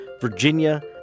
Virginia